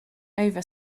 over